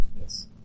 Yes